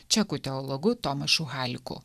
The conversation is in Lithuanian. čekų teologu tomašu haliku